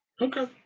Okay